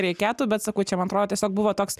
reikėtų bet sakau čia man atrodo tiesiog buvo toks